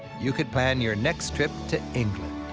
you could plan your next trip to england.